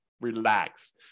relax